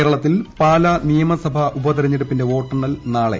കേരളത്തിൽ പാലാ നിയമസഭാ ഉപതെരഞ്ഞെടുപ്പിന്റെ വോട്ടെണ്ണൽ നാളെ